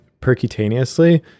percutaneously